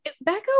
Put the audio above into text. Becca